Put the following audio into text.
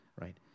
right